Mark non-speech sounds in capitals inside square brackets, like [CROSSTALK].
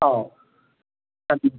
ꯑꯧ [UNINTELLIGIBLE]